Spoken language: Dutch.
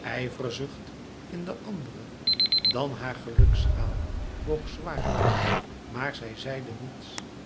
ijverzucht in de andere dan haar gelukschaal woog zwaar maar zij zeide niets